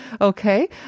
Okay